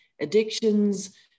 addictions